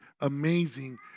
amazing